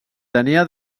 tenia